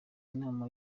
inama